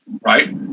right